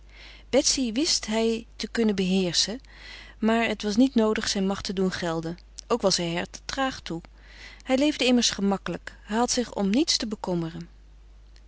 betsy wist hij te kunnen beheerschen maar het was niet noodig zijn macht te doen gelden ook was hij er te traag toe hij leefde immers gemakkelijk hij had zich om niets te bekommeren